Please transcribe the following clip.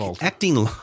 acting